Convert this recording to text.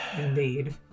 Indeed